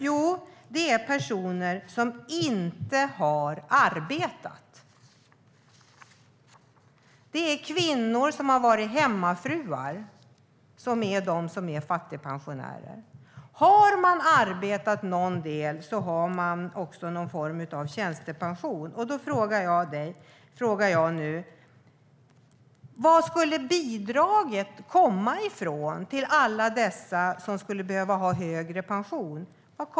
Jo, det är personer som inte har arbetat. Det är kvinnor som har varit hemmafruar som är fattigpensionärer. Har man arbetat någon del av livet har man också någon form av tjänstepension. Var skulle bidragen komma från till alla dessa som skulle behöva ha högre pension?